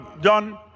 done